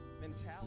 mentality